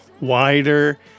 wider